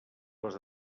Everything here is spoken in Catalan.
les